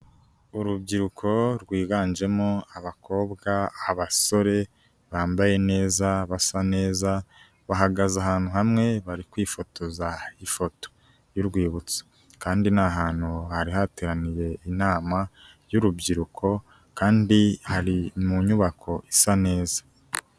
Urubyiruko rwiganjemo abakobwa, abasore bambaye neza basa neza, bahagaze ahantu hamwe bari kwifotoza ifoto y'urwibutso kandi ni ahantu hari hateraniye inama y'urubyiruko kandi hari mu nyubako isa neza.